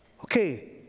okay